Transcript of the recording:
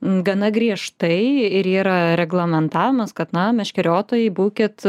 gana griežtai ir yra reglamentavimas kad na meškeriotojai būkit